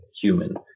human